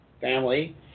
family